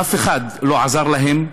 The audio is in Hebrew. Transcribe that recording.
אף אחד לא עזר להם.